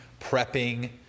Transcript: prepping